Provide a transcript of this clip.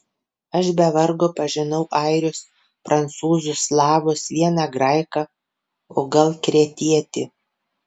aš be vargo pažinau airius prancūzus slavus vieną graiką o gal kretietį